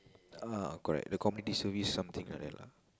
ah correct the community service something like that lah